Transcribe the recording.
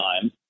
time